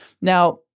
Now